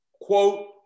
quote